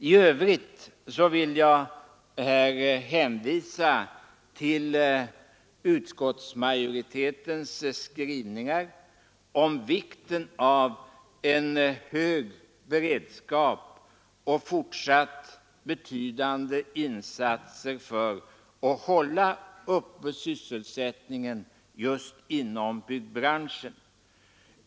I övrigt vill jag hänvisa till utskottsmajoritetens skrivning om vikten av en hög beredskap och fortsatta betydande insatser för att hålla sysselsättningen uppe just inom byggbranschen.